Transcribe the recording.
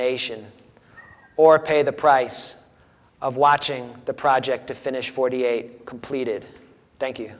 nation or pay the price of watching the project to finish forty eight completed thank you